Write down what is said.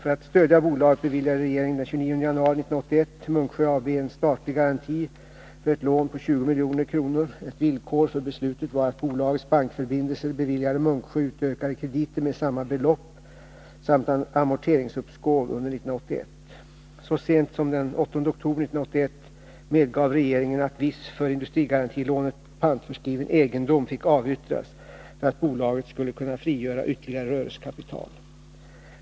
För att stödja bolaget beviljade regeringen den 29 januari 1981 Munksjö AB en statlig garanti för ett lån på 20 milj.kr. Ett villkor för beslutet var att bolagets bankförbindelser beviljade Munksjö utökade krediter med samma belopp samt amorteringsuppskov under 1981. Så sent som den 8 oktober 1981 medgav regeringen att viss för industrigarantilånet pantförskriven egendom fick avyttras för att bolaget skulle kunna frigöra ytterligare rörelsekapital.